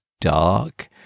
dark